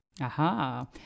Aha